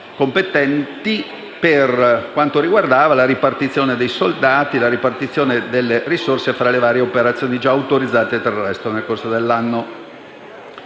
competenti per quanto riguardava la ripartizione dei soldati e delle risorse tra le varie operazioni già autorizzate nel corso dell'anno.